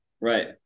right